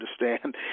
understand